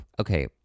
okay